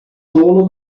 tolo